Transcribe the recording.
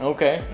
Okay